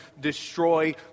destroy